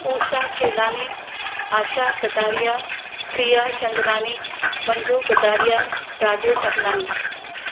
Usha Chelani Asha Kataria Priya Chandnani Manju Kataria Rajesh Ablani